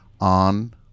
on